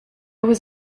was